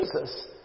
Jesus